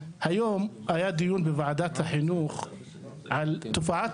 היום היה דיון בוועדת החינוך על תופעת